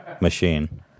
Machine